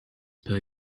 per